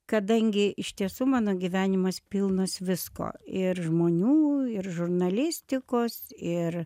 kadangi iš tiesų mano gyvenimas pilnas visko ir žmonių ir žurnalistikos ir